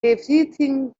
everything